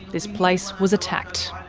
this place was attacked.